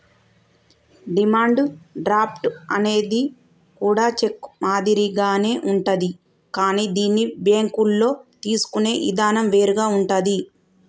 demand draft అనేది కూడా cheque మాదిరిగానే ఉంటాది కానీ దీన్ని బ్యేంకుల్లో తీసుకునే ఇదానం వేరుగా ఉంటాది